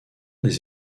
des